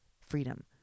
freedom